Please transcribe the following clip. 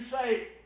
say